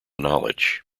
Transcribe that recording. knowledge